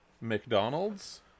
McDonald's